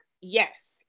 yes